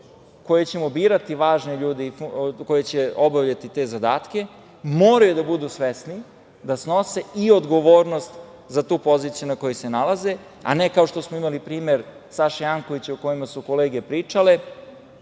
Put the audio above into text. kojoj drugoj instituciji koja će obavljati te zadatke moraju da budu svesni da snose i odgovornost za tu poziciju na kojoj se nalaze, a ne kao što smo imali primer Saše Jankovića, o kome su kolege pričale,